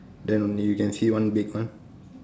then only you can see one big one